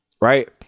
right